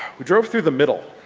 we drove through the middle.